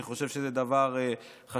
אני חושב שזה דבר חשוב.